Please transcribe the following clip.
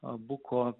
abu ko